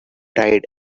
died